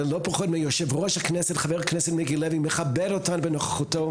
אלא צריך באמת חשיבת עומק שתוכל לתת את הביטוי הזה לדבר